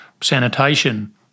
sanitation